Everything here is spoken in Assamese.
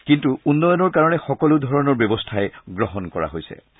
কিন্তু উন্নয়নৰ কাৰণে সকলো ধৰণৰ ব্যৱস্থাই গ্ৰহণ কৰা হ'ব